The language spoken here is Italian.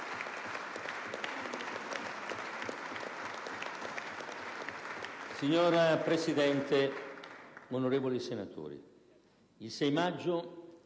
Signor Presidente, onorevoli senatori, il 6 maggio